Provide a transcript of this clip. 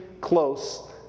close